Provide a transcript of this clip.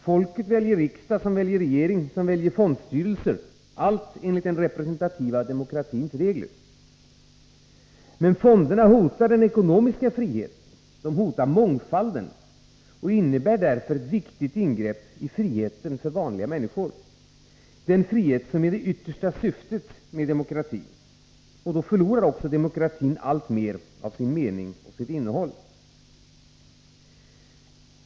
Folket väljer riksdag, som väljer regering, som väljer fondstyrelser — allt enligt den representativa demokratins regler. Men fonderna hotar den ekonomiska friheten. De hotar mångfalden och innebär därför ett väsentligt ingrepp i friheten för vanliga människor, den frihet som är det yttersta syftet med demokrati. Demokratin förlorar därigenom successivt allt mer av sin mening och sitt innehåll.